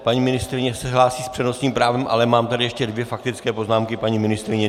Paní ministryně se hlásí s přednostním právem, ale mám tady ještě dvě faktické poznámky, paní ministryně.